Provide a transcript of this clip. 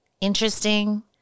Interesting